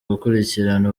gukurikirana